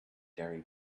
diary